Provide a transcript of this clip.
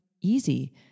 easy